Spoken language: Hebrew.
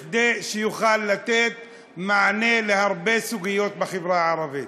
כדי שיוכל לתת מענה להרבה סוגיות בחברה הערבית.